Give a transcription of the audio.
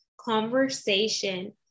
conversation